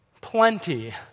plenty